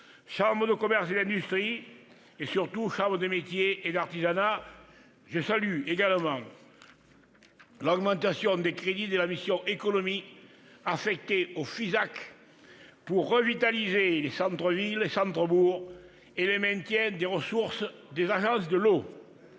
chambres de commerce et d'industrie et, surtout, chambres de métiers et d'artisanat. Je salue également l'augmentation des crédits de la mission « Économie » affectés au FISAC pour revitaliser les centres-villes et centres-bourgs, ainsi que le maintien des ressources des agences de l'eau.